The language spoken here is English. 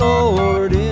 Lord